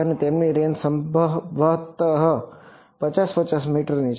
અને તેમની રેંજ સંભવત 50 50 મીટરની છે